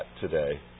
today